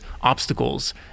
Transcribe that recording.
obstacles